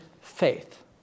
faith